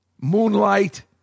Moonlight